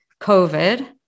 COVID